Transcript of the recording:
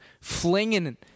flinging